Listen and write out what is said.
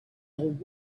old